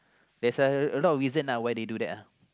there's a a lot of reason uh why they do that ah